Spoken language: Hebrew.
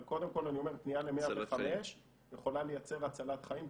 אבל קודם כול פנייה ל-105 יכולה לייצר הצלת חיים.